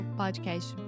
podcast